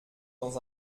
dans